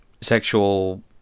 sexual